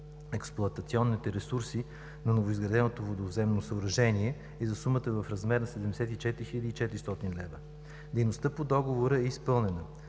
експлоатационните ресурси на новоизградено водовземно съоръжение“ е за сума в размер на 74 хил. 400 лв. Дейността по договора е изпълнена,